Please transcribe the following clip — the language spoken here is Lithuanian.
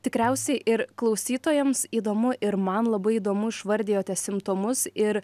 tikriausiai ir klausytojams įdomu ir man labai įdomu išvardijote simptomus ir